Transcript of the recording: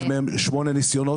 אחד מהם שמונה ניסיונות.